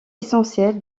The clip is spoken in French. essentiel